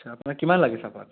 আচ্ছা আপোনাক কিমান লাগে চাহপাত